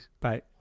Bye